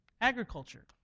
agriculture